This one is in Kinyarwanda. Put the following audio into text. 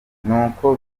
nuko